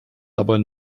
aber